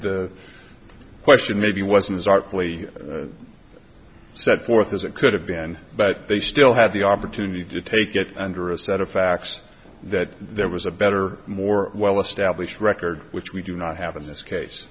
the question maybe wasn't as artfully set forth as it could have been but they still had the opportunity to take it under a set of facts that there was a better more well established record which we do not have in this case